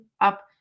up